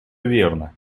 верно